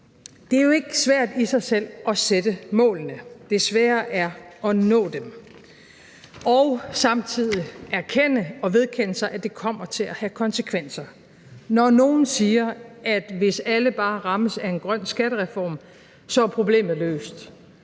det er jo ikke svært i sig selv at sætte målene, det svære er at nå dem og samtidig erkende og vedkende sig, at det kommer til at have konsekvenser. Når nogen siger, at hvis alle bare rammes af en grøn skattereform, er problemet løst,